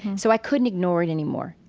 so i couldn't ignore it anymore.